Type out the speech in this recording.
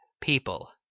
people